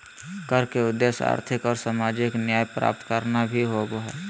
कर के उद्देश्य आर्थिक और सामाजिक न्याय प्राप्त करना भी होबो हइ